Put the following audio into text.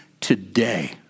today